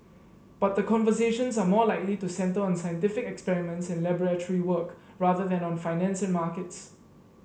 but the conversations are more likely to centre on scientific experiments and laboratory work rather than on finance and markets